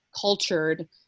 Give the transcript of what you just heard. cultured